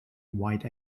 white